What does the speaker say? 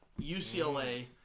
UCLA